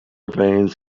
veins